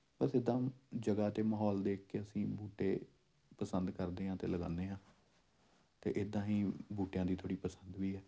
ਬਸ ਇੱਦਾਂ ਜਗ੍ਹਾ ਅਤੇ ਮਾਹੌਲ ਦੇਖ ਕੇ ਅਸੀਂ ਬੂਟੇ ਪਸੰਦ ਕਰਦੇ ਹਾਂ ਅਤੇ ਲਗਾਉਂਦੇ ਹਾਂ ਅਤੇ ਇੱਦਾਂ ਹੀ ਬੂਟਿਆਂ ਦੀ ਥੋੜ੍ਹੀ ਪਸੰਦ ਵੀ ਹੈ